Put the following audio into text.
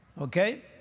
Okay